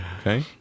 Okay